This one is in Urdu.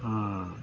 ہاں